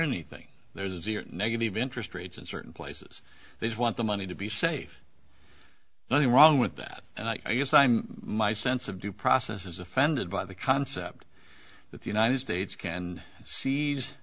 anything there's a zero negative interest rates in certain places they want the money to be safe nothing wrong with that and i guess i'm my sense of due process is offended by the concept that the united states can se